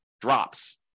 drops